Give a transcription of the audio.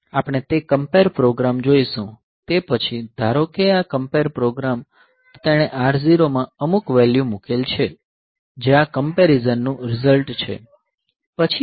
આપણે તે compare program જોઈશું તે પછી ધારો કે આ કમ્પેર પ્રોગ્રામ તો તેણે R0 માં અમુક વેલ્યુ મુકેલ છે જે આ કમ્પેરીઝનનું રીઝલ્ટ છે પછી આપણે PSW